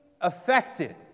affected